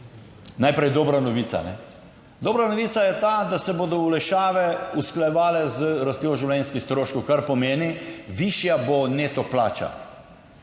najprej dobra novica, dobra novica je ta, da se bodo olajšave usklajevale z rastjo življenjskih stroškov, kar pomeni, višja bo neto plača.